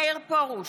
מאיר פרוש,